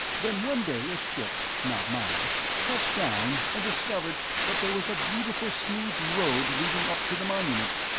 then one day a ship not mine touched down and discovered that there was a beautiful smooth road leading up to the monument.